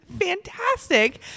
fantastic